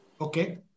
Okay